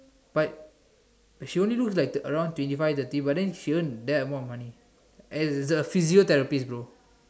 but she only look like around twenty five thirty but then she earn that amount of money at physical therapy bro